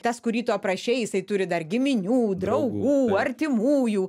tas kurį tu aprašei jisai turi dar giminių draugų artimųjų